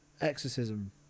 exorcism